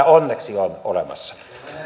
onneksi on olemassa